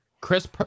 Chris